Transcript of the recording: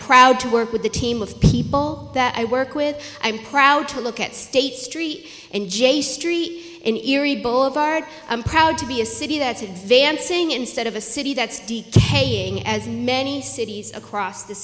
proud to work with a team of people that i work with i'm proud to look at state street and j street in erie boulevard i'm proud to be a city that's advancing instead of a city that's de taking as many cities across th